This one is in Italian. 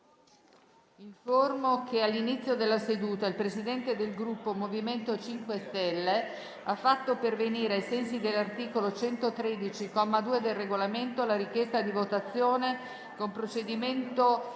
che all'inizio della seduta il Presidente del Gruppo MoVimento 5 Stelle ha fatto pervenire, ai sensi dell'articolo 113, comma 2, del Regolamento, la richiesta di votazione con procedimento